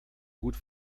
gut